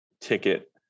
ticket